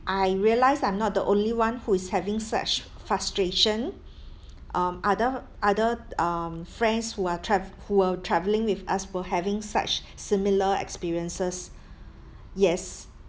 I realise I'm not the only one who is having such frustration um other other um friends who are trav~ who were travelling with us were having such similar experiences yes